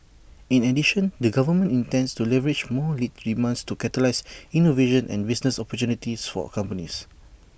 in addition the government intends to leverage more lead demand to catalyse innovation and business opportunities for A companies